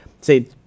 Say